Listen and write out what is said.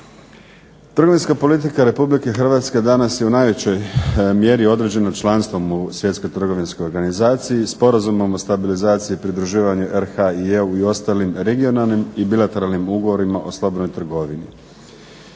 Trgovinska politika RH danas je u najvećoj mjeri određena članstvom u Svjetskoj trgovinskoj organizaciji, Sporazumom o stabilizaciji i pridruživanju RH i EU i ostalim regionalnim i bilateralnim ugovorima o slobodnoj trgovini.